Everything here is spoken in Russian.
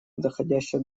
доходящее